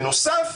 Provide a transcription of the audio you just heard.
בנוסף,